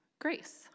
grace